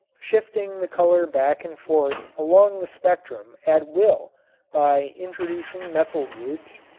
shifting the color back and forth along the spectrum at will by introducing methyl groups,